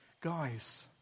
Guys